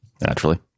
Naturally